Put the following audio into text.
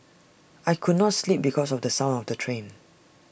I could not sleep because of the sound of the train